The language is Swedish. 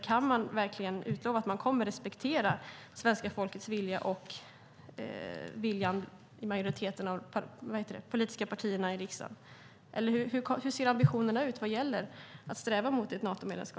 Kan man verkligen utlova att man kommer att respektera svenska folkets och majoriteten av riksdagens politiska partiers vilja?